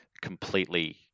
completely